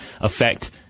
affect